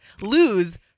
lose